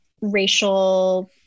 racial